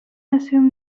assumed